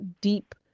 deep